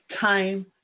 Time